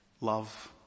love